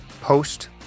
post